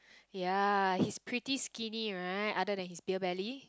ya he's pretty skinny right other than his beer belly